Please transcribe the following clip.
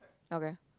okay